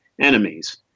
enemies